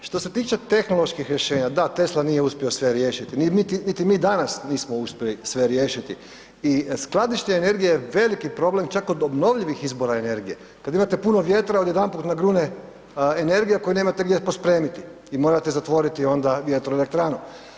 Što se tiče tehnoloških rješenja, da Tesla nije uspio sve riješiti, niti mi danas nismo uspjeli sve riješiti i skladištenje energije je veliki problem čak kod obnovljivih izvora energije, kad imate puno vjetra odjedanput nagrune energija koju nemate gdje pospremiti i morate zatvoriti onda vjetroelektranu.